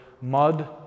mud